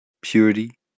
purity